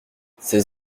ces